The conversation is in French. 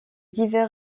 divers